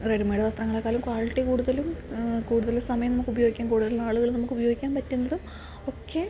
readymade വസ്ത്രങ്ങളെക്കാളും quality കൂടുതലും കൂടുതൽ സമയം നമുക്ക് ഉപയോഗിക്കാന് കൂടുതൽ ആളുകൾ നമുക്ക് ഉപയോഗിക്കാൻ പറ്റുന്നതും ഒക്കെ